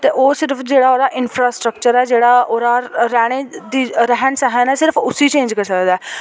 ते ओह् सिर्फ जेह्ड़ा ओह्दा इंफ्रा स्टक्चर ऐ जेह्ड़ा ओह्दा रौह्नी दी रैह्न सैह्न सिर्फ उसी चेंज करी सकदा